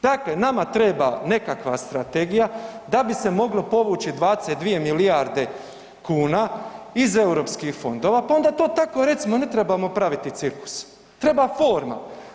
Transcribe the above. Dakle, nama treba nekakva strategija da bi se moglo povući 22 milijarde kuna iz Europskih fondova, pa onda to tako recimo ne trebamo praviti cirkus, treba forma.